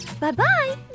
Bye-bye